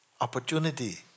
opportunity